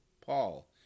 Paul